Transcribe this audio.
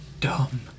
dumb